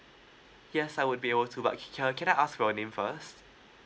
yes I would be able to but uh can can I ask for your name first